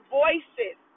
voices